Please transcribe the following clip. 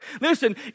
Listen